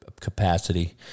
capacity